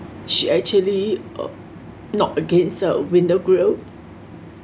she actually err knock against her window grill